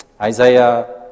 Isaiah